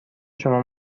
شما